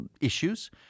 issues